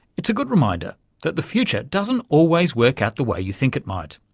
it's a good reminder that the future doesn't always work out the way you think it might.